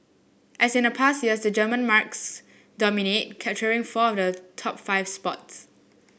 as in past years the German marques dominate capturing four the top five spots